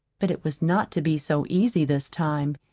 but it was not to be so easy this time.